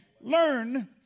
learn